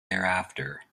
thereafter